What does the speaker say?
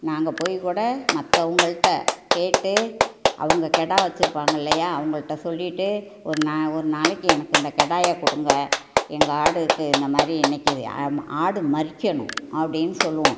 நாங்கள் போய் கூட மற்றவங்கள்ட்ட கேட்டு அவங்க கிடா வெச்சுருப்பாங்க இல்லையா அவங்கள்ட்ட சொல்லிகிட்டு ஒரு ஒரு நாளைக்கு எனக்கு இந்த கெடயா கொடுங்கள் எங்கள் ஆடு இருக்குது இந்த மாதிரி இன்றைக்கு ஆடு மறிக்கணும் அப்படின்னு சொல்லுவோம்